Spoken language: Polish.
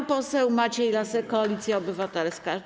Pan poseł Maciej Lasek, Koalicja Obywatelska.